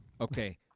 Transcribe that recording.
Okay